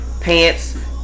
Pants